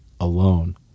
alone